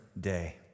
day